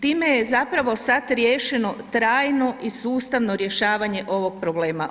Time je zapravo sad riješeno trajno i sustavno rješavanje ovog problema.